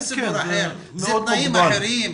אלה תנאים אחרים.